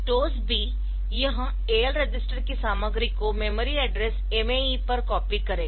STOSB यह AL register की सामग्री को मेमोरी एड्रेस MAE पर कॉपी करेगा